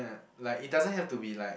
like it doesn't have to be like